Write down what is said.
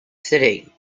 city